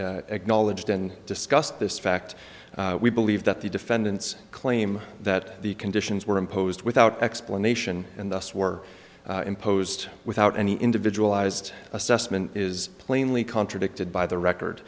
sessions acknowledged and discussed this fact we believe that the defendant's claim that the conditions were imposed without explanation and thus were imposed without any individual ised assessment is plainly contradicted by the record